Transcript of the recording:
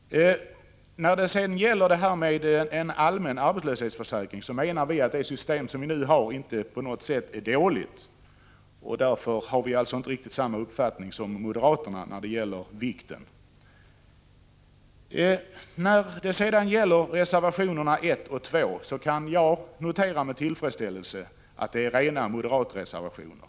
När det gäller frågan om en allmän arbetslöshetsförsäkring menar vi att det system vi nu har inte på något sätt är dåligt. Vi har alltså inte riktigt samma uppfattning som moderaterna när det gäller vikten av det. Då det gäller reservationerna 1 och 2 kan jag med tillfredsställelse notera att det är rena moderatreservationer.